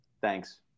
Thanks